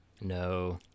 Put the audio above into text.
No